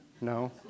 No